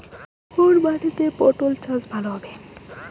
কোন মাটিতে পটল চাষ ভালো হবে?